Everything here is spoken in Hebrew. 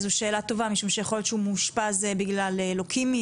זו שאלה טובה משום שיכול להיות שהוא מאושפז בגלל לוקמיה